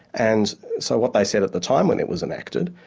and so what they said at the time when it was enacted,